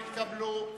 לא נתקבלה.